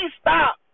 stop